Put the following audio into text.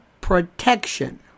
protection